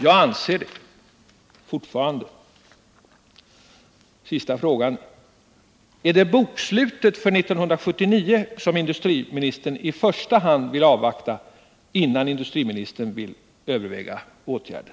Jag anser det fortfarande. Den sista frågan: Är det bokslutet för 1979 som industriministern i första hand vill avvakta innan industriministern vill överväga åtgärder?